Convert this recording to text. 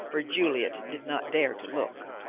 where juliet did not dare to look.